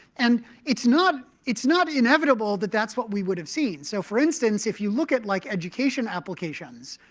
and it's not it's not inevitable that that's what we would have seen. so for instance, if you look at, like, education applications,